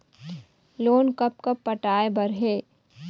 Loan कब कब पटाए बर हे?